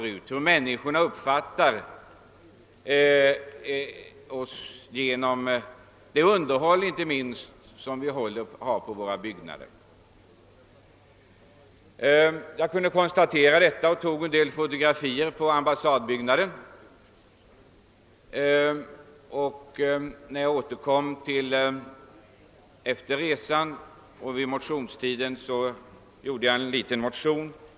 Den uppfattning som människorna får av oss kan påverkas av det underhåll som våra ambassadbyggnader får. Jag tog en del fotografier på ambassadbyggnaden, och sedan jag hade återkommit efter resan väckte jag under motionstiden en motion, där jag tog upp frågan om dess tillstånd.